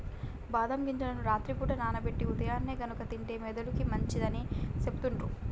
బాదం గింజలను రాత్రి పూట నానబెట్టి ఉదయాన్నే గనుక తింటే మెదడుకి మంచిదని సెపుతుండ్రు